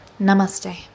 Namaste